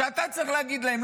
שאתה צריך להגיד להם,